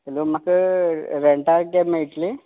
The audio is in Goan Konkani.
हॅलो म्हाक रँटाक कॅब मेळट्ली